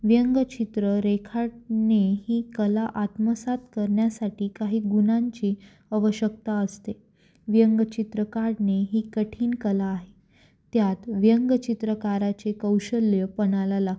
व्यंगचित्र रेखाटने ही कला आत्मसात करण्यासाठी काही गुणांची आवश्यकता असते व्यंगचित्र काढणे ही कठीण कला आहे त्यात व्यंगचित्रकाराचे कौशल्यपणाला लागतते